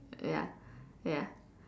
ya ya